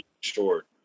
Short